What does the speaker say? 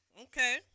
okay